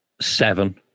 Seven